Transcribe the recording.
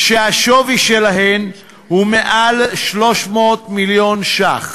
שהשווי שלהן הוא מעל 300 מיליון שקלים.